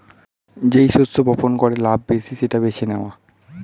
যেই শস্য বপন করে লাভ বেশি সেটা বেছে নেওয়া